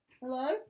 hello